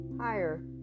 higher